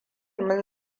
mun